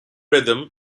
rhythm